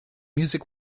music